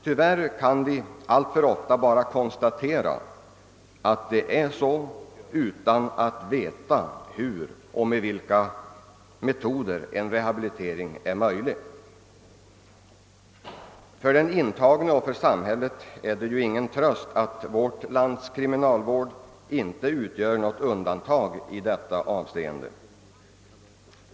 Tyvärr kan vi alltför ofta bara konstatera, att det är så, utan att veta hur och med vilka metoder en rehabilitering skulle vara möjlig. För den intagne och för samhället är det ju ingen tröst att vårt lands kriminalvård inte utgör något undantag i detta avseende.